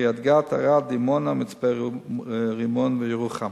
קריית-גת, ערד, דימונה, מצפה-רמון וירוחם.